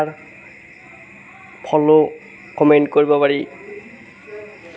follow comment কৰিব পাৰি